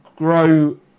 Grow